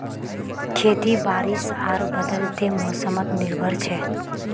खेती बारिश आर बदलते मोसमोत निर्भर छे